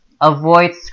avoid